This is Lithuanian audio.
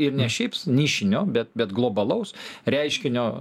ir ne šiaip nišinio bet bet globalaus reiškinio